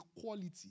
quality